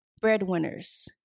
breadwinners